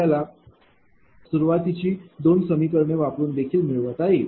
आपल्याला सुरवातीची दोन समीकरणे वापरून देखील मिळवता येईल